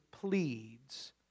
pleads